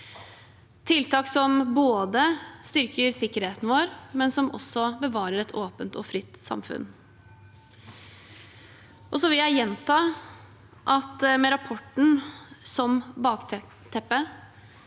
tiltak som både styrker sikkerheten vår og bevarer et åpent og fritt samfunn. Jeg vil gjenta at med rapporten som bakteppe